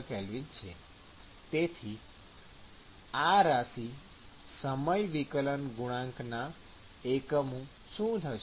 kelvin છે તેથી આ રાશિ સમય વિકલન ગુણાંકના એકમો શું થશે